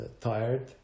tired